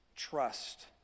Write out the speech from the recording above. trust